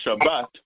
Shabbat